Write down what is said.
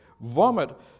vomit